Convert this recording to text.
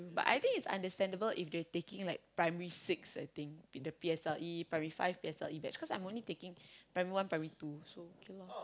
but I think is understandable if they taking like primary six I think in the P_S_L_E primary five P_S_L_E that's cause I am only taking primary one primary two so okay loh